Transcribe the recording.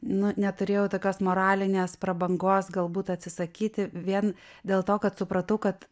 nu neturėjau tokios moralinės prabangos galbūt atsisakyti vien dėl to kad supratau kad